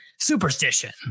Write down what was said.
superstition